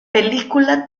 película